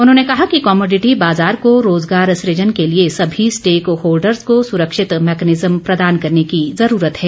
उन्होंने कहा कि कमोडिटी बाज़ार को रोज़गार सुजन के लिए सभी स्टेक होल्डर्स को सुरक्षित मैकेनिज़्म प्रदान करने की ज़रूरत है